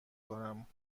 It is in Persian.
کنم